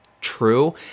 true